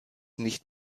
nicht